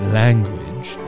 language